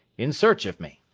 in search of me.